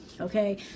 Okay